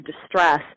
distress